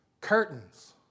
curtains